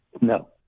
No